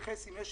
יאמר אם יש